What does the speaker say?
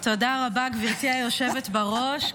תודה רבה, גברתי היושבת בראש.